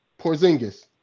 Porzingis